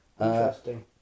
Interesting